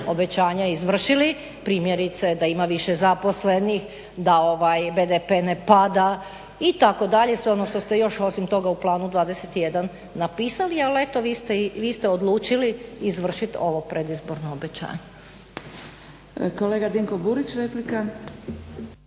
obećanja izvršili, primjerice da ima više zaposlenih, da BDP ne pada itd., sve ono što ste još osim toga u Planu 21 napisali, ali eto vi ste odlučili izvršit ovo predizborno obećanje. **Zgrebec, Dragica